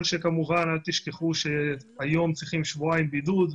תשכחו שהיום צריכים שבועיים בידוד,